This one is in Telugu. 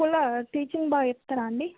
స్కూల్లో టీచింగ్ బాగా చెప్తారా అండి